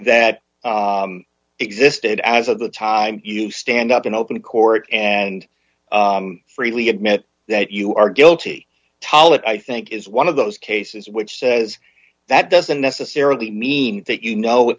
that existed as of the time you stand up in open court and freely admit that you are guilty taal it i think is one of those cases which says that doesn't necessarily mean that you know